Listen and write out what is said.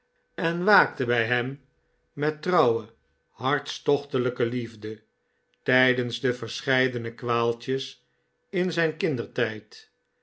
en waakte bij hem met trouwe hartstochtelijke liefde tijdens de verscheidene kwaaltjes in zijn kindertijd